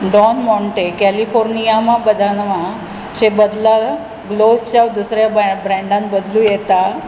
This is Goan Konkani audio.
डॉन माँटे कॅलिफोर्निया बदामाचे बदला लूवांच्या दुसऱ्या ब्रँडान बदलूं येता